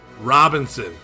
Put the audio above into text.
Robinson